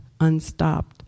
unstopped